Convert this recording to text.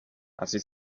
así